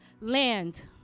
land